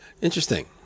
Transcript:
Interesting